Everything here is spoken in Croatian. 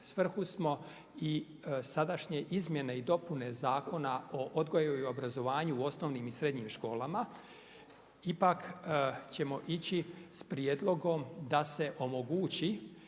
svrhu smo i sadašnje izmjene i dopune Zakona o odgoju i obrazovanju u osnovnim i srednjim školama. Ipak ćemo ići sa prijedlogom da se omogući